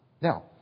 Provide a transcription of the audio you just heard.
Now